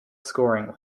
scoring